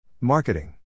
Marketing